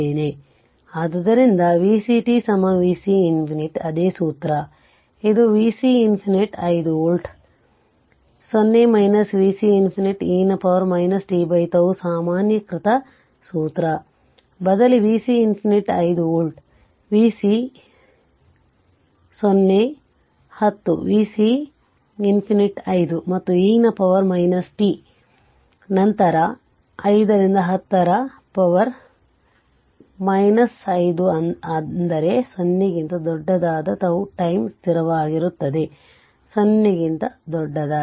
ಆದ್ದರಿಂದ vc t vc ∞ ಅದೇ ಸೂತ್ರ ಅದು vc ∞ 5 ವೋಲ್ಟ್ 0 vc ∞ e ನ ಪವರ್ t τ ಸಾಮಾನ್ಯೀಕೃತ ಸೂತ್ರ ಬದಲಿ vc ∞ 5 ವೋಲ್ಟ್ vc 0 10 vc ∞ 5 ಮತ್ತು e ನ ಪವರ್ t ನಂತರ 5 ರಿಂದ 10 ರ ಪವರ್ 5 ಅಂದರೆ 0 ಕ್ಕಿಂತ ದೊಡ್ಡದಾದ τ ಟೈಮ್ ಸ್ಥಿರವಾಗಿರುತ್ತದೆ 0 ಕ್ಕಿಂತ ದೊಡ್ಡದಾಗಿದೆ